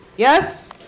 Yes